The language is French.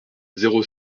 zéro